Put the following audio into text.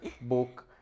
book